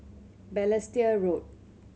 Balestier Road